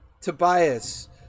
Tobias